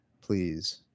please